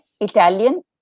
Italian